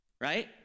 right